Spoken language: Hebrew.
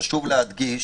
חשוב להדגיש,